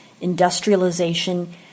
industrialization